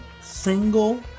single